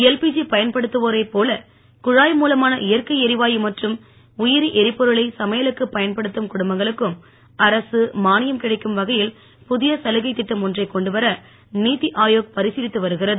LPG பயன்படுத்துவோரைப் போல குழாய் மூலமான இயற்கை எரிவாயு மற்றும் உயிரி எரிபொருளை சமையலுக்குப் பயன்படுத்தும் குடும்பங்களுக்கும் அரசு மானியம் கிடைக்கும் வகையில் புதிய சலுகைத் திட்டம் ஒன்றைக் கொண்டு வர நீத்தி ஆயோக் பரிசிலித்து வருகிறது